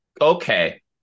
Okay